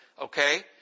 Okay